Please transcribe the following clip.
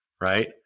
right